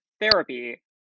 therapy